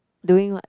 doing what